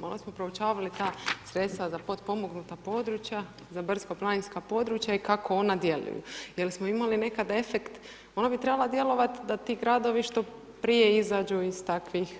Malo smo proučavali ta sredstva za potpomognuta područja, za brdsko-planinska područja i kako ona djeluju jer smo imali nekada efekt, ona bi trebala djelovati da ti gradovi što prije izađu iz takvih,